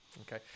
Okay